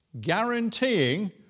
guaranteeing